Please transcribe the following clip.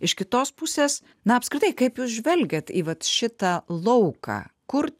iš kitos pusės na apskritai kaip jūs žvelgiat į vat šitą lauką kur